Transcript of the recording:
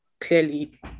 clearly